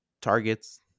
targets